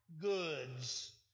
Goods